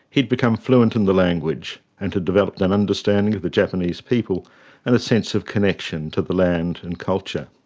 he'd become fluent in the language and had developed an understanding of the japanese people and a sense of connection to the land and culture.